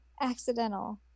accidental